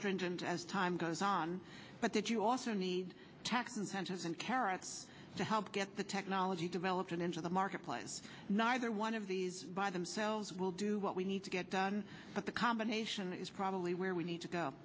stringent as time goes on but that you also need tax incentives and carrots to help get the technology developed and into the marketplace neither one of these by themselves will do what we need to get done but the combination is probably where we need to go